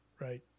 Right